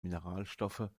mineralstoffe